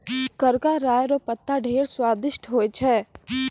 करका राय रो पत्ता ढेर स्वादिस्ट होय छै